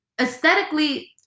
aesthetically